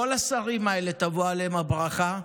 כל השרים האלה, תבוא עליהם הברכה,